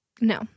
No